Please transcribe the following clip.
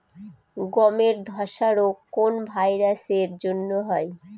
গমের ধসা রোগ কোন ভাইরাস এর জন্য হয়?